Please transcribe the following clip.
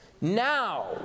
Now